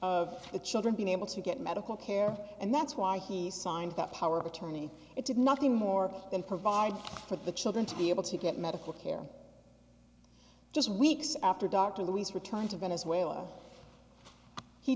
of the children being able to get medical care and that's why he signed that power of attorney it did nothing more than provide for the children to be able to get medical care just weeks after dr louise returned to venezuela he